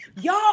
y'all